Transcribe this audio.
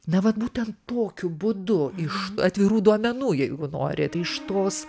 na vat būtent tokiu būdu iš atvirų duomenų jeigu norit iš tos